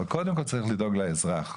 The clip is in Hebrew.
קודם צריך לדאוג לאזרח.